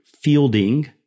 fielding